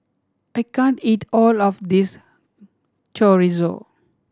I can't eat all of this Chorizo